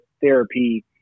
therapy